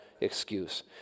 excuse